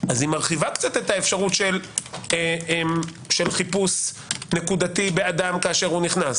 היא מרחיבה קצת את האפשרות של חיפוש נקודתי באדם כשנכנס.